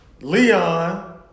Leon